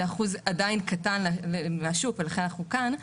אחוז עדיין קטן מהשוק ולכן אנחנו כאן.